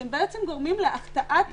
אתם גורמים להחטאת הציבור.